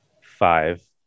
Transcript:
Five